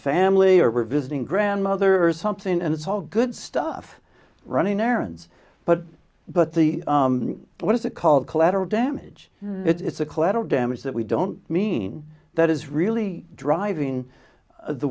we're visiting grandmother or something and it's all good stuff running errands but but the what is it called collateral damage it's a collateral damage that we don't mean that is really driving the